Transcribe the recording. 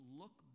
look